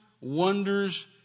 wonders